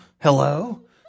Hello